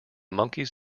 monkeys